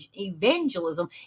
Evangelism